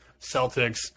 Celtics